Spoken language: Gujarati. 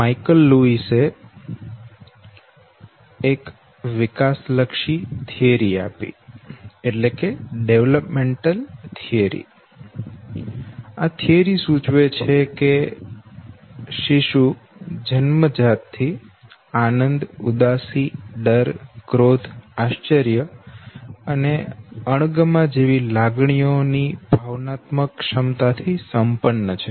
માઈકલ લુઇસે ની વિકાસલક્ષી થીયરી સૂચવે છે કે શિશુ જન્મજાત આનંદ ઉદાસી ડર ક્રોધ આશ્ચર્ય અને અણગમા જેવી લાગણીઓ ની ભાવનાત્મક ક્ષમતાથી સંપન્ન છે